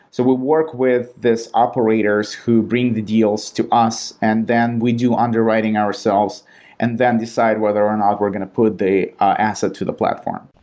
so will work with these operators who bring the deals to us and then we do underwriting ourselves and then decide whether or not we're going to put the asset to the platform.